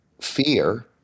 fear